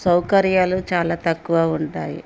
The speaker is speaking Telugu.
సౌకర్యాలు చాలా తక్కువ ఉంటాయి